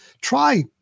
try